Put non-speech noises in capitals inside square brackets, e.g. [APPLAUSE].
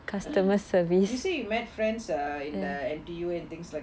[LAUGHS] you say you met friends err in the N_T_U and things like